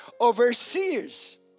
overseers